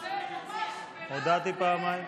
הודעתי פעמיים.